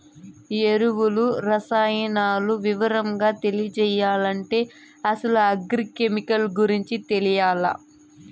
ఎరువులు, రసాయనాలు వివరంగా తెలియాలంటే అసలు అగ్రి కెమికల్ గురించి తెలియాల్ల